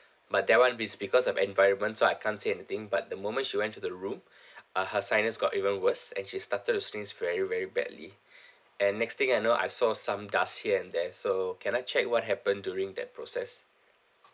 but that [one] is because of environment so I can't see anything but the moment she went to the room uh her sinus got even worse and she started to sneeze very very badly and next thing I know I saw some dust here and there so can I check what happened during that process